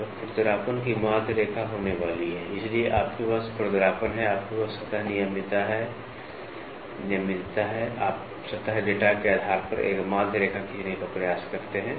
तो खुरदरापन की माध्य रेखा होने वाली है इसलिए आपके पास खुरदरापन है आपके पास सतह नियमितता है आप सतह डेटा के आधार पर एक माध्य रेखा खींचने का प्रयास करते हैं